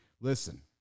listen